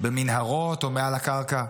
במנהרות או מעל הקרקע.